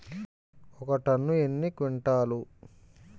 ఒక టన్ను ఎన్ని క్వింటాల్లు?